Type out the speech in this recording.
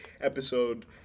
episode